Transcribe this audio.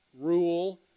rule